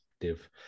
Div